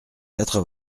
quatre